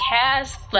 cast